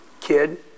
kid